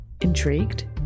Intrigued